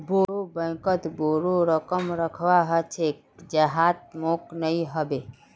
बोरो बैंकत बोरो रकम रखवा ह छेक जहात मोक नइ ह बे